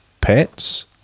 pets